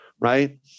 Right